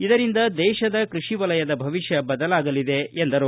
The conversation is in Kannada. ಇದರಿಂದ ದೇಶದ ಕೃಷಿ ವಲಯದ ಭವಿಷ್ಠ ಬದಲಾಗಲಿದೆ ಎಂದರು